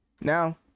Now